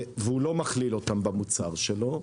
והוא לא מכליל אותם במוצר שלו,